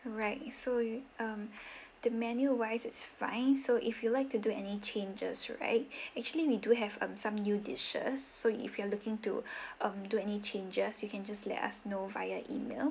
right so um the menu wise it's fine so if you'd like to do any changes right actually we do have um some new dishes so you if you are looking to um do any changes you can just let us know via email